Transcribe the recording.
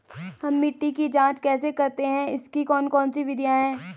हम मिट्टी की जांच कैसे करते हैं इसकी कौन कौन सी विधियाँ है?